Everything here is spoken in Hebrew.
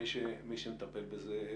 מי שמטפל בזה,